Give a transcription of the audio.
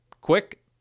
quick